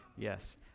Yes